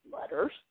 letters